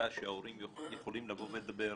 שההורים יוכלו לבוא ולדבר בה,